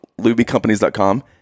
lubycompanies.com